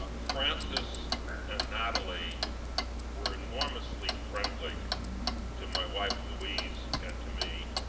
ah francis and natalie were enormously friendly to my wife louise and to me,